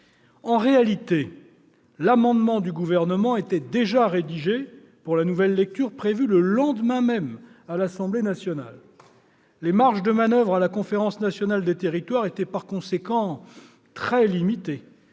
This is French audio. En réalité, l'amendement du Gouvernement était déjà rédigé pour la nouvelle lecture prévue le lendemain même à l'Assemblée nationale. Les marges de manoeuvre de la Conférence nationale des territoires étaient par conséquent très limitées,